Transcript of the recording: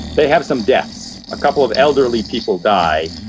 they have some deaths. a couple of elderly people die.